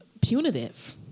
punitive